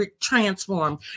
transformed